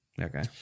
Okay